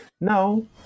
No